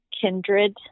kindred